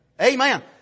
Amen